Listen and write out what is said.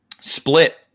Split